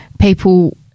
people